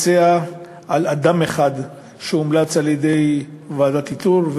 שיתבצע מינוי של אדם אחד שהומלץ על-ידי ועדת איתור,